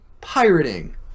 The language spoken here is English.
pirating